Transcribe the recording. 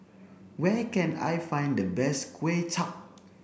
where can I find the best Kway Chap